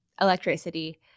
electricity